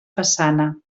façana